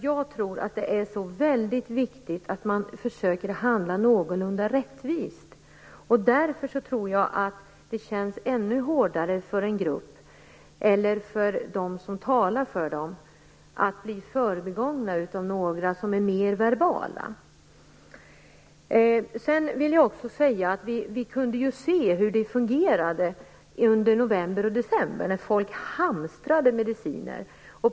Jag tror att det är väldigt viktigt att man försöker handla någorlunda rättvist. Därför tror jag att det känns ännu hårdare för en grupp eller för dem som talar för denna grupp att bli förbigångna av några som är mer verbala. Vi kunde se hur det fungerade under november och december när folk hamstrade mediciner.